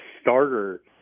starter